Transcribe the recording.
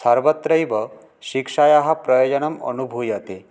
सर्वत्रैव शिक्षायाः प्रयोजनम् अनुभूयते